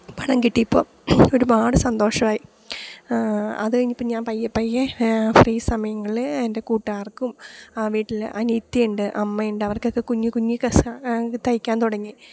പണം കിട്ടിയപ്പോൾ ഒരുപാട് സന്തോഷമായി അത് കഴിഞ്ഞപ്പോൾ ഞാൻ പയ്യെ പയ്യെ ഫ്രീ സമയങ്ങളിൽ എൻ്റെ കൂട്ടുകാർക്കും ആ വീട്ടിൽ അനിയത്തിയുണ്ട് അമ്മയുണ്ട് അവർക്കൊക്കെ കുഞ്ഞ് കുഞ്ഞ് തയ്ക്കാൻ തുടങ്ങി